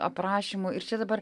aprašymu ir čia dabar